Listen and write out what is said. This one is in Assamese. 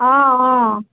অঁ অঁ